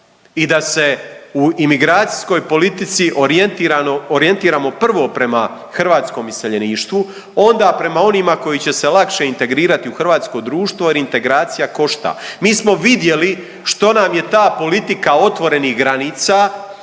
i da se u imigracijskoj politici orijentirano, orijentiramo prvo prema hrvatskom iseljeništvu, onda prema onima koji će se lakše integrirati u hrvatsko društvo jer integracija košta. Mi smo vidjeli što nam je ta politika otvorenih granica